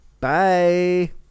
Bye